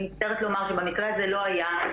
אני מצטערת לומר שבמקרה הזה לא היה,